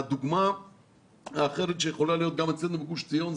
הדוגמה האחרת שיכולה להיות אצלנו בגוש עציון,